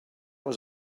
was